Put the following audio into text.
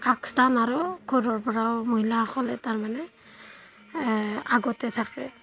আগস্থান আৰু ঘৰৰ পৰাও মহিলাসকলে তাৰমানে আগতে থাকে